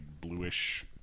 bluish